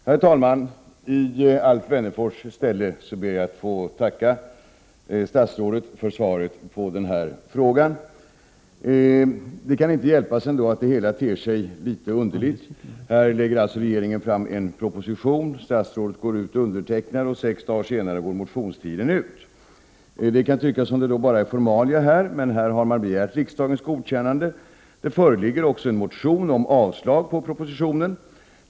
Herr talman! I Alf Wennerfors ställe ber jag att få tacka statsrådet för svaret på frågan. Det kan inte hjälpas att det hela ändå ter sig litet underligt — här lägger regeringen fram en proposition, statsrådet undertecknar avtalet, och sex dagar senare går motionstiden ut. Det kan tyckas vara bara formalia, men regeringen har begärt riksdagens godkännande, och det föreligger också en motion om att avslå propositionen.